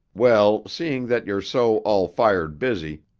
well, seeing that you're so all-fired busy,